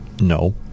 No